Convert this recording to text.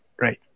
Right